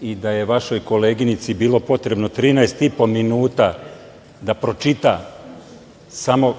i da je vašoj koleginici bilo potrebno 13,5 minuta da pročita samo